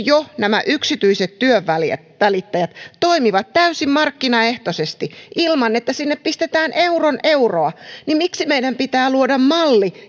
jo nämä yksityiset työnvälittäjät toimivat täysin markkinaehtoisesti ilman että sinne pistetään euron euroa niin miksi meidän pitää luoda malli